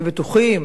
נהיה בטוחים,